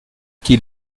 qu’il